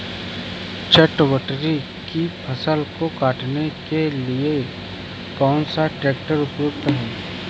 चटवटरी की फसल को काटने के लिए कौन सा ट्रैक्टर उपयुक्त होता है?